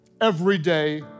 everyday